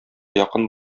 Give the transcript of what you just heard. якын